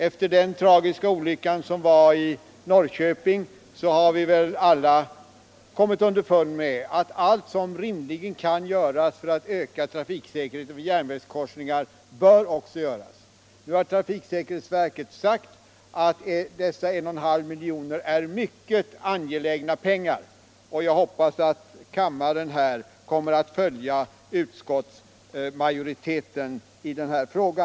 Efter den tragiska olyckan i Mantorp har vi väl alla kommit underfund med att allt som rimligen kan göras för att öka trafiksäkerheten vid järnvägskorsningar också bör göras. Trafiksäkerhetsverket har också sagt att anslaget med 1,5 milj.kr. är mycket angeläget, och jag hoppas att kammaren kommer att följa utskottsmajoriteten i denna fråga.